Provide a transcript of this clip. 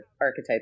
archetype